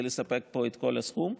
כדי לספק פה את כל הסכום,